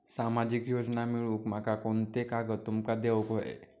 सामाजिक योजना मिलवूक माका कोनते कागद तुमका देऊक व्हये?